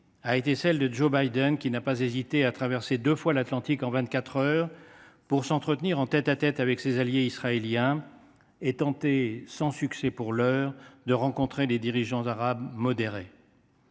faut l’en créditer. Il n’a pas hésité à traverser deux fois l’Atlantique en vingt quatre heures pour s’entretenir en tête à tête avec ses alliés israéliens et tenter, sans succès pour l’heure, de rencontrer les dirigeants arabes modérés.